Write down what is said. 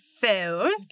phone